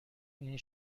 این